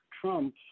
Trump